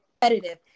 competitive